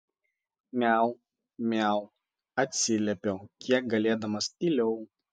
miau miau atsiliepiau kiek galėdamas tyliau